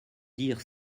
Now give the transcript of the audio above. dire